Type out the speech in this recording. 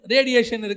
Radiation